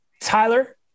Tyler